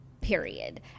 period